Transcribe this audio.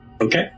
Okay